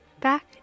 back